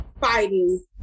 fighting